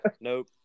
Nope